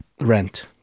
Rent